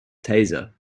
taser